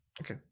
Okay